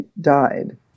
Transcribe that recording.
died